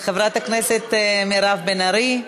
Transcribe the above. חברת הכנסת מירב בן ארי,